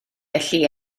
felly